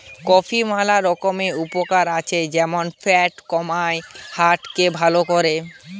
কফির ম্যালা রকমের উপকার আছে যেমন ফ্যাট কমায়, হার্ট কে ভাল করে